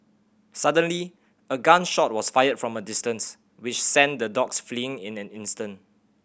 suddenly a gun shot was fired from a distance which sent the dogs fleeing in an instant